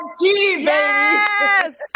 Yes